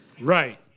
Right